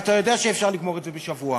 ואתה יודע שאפשר לגמור את זה בשבוע.